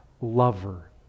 lover